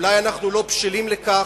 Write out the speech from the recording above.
אולי אנחנו לא בשלים לכך,